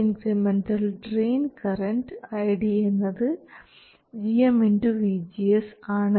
incremental drain current iD എന്നത് gm vGS ആണ്